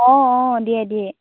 অঁ অঁ দিয়ে দিয়ে